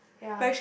ya